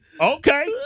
okay